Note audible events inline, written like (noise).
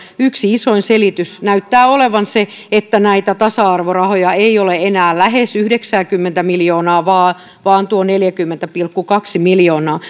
yksi isoin selitys näyttää olevan se että näitä tasa arvorahoja ei ole enää lähes yhdeksääkymmentä miljoonaa vaan vaan tuo neljäkymmentä pilkku kaksi miljoonaa (unintelligible)